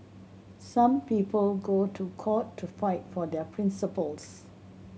some people go to court to fight for their principles